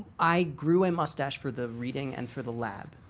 i grew a mustache for the reading and for the lab.